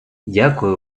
дякую